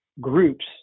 groups